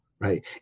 right